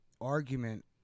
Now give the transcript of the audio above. argument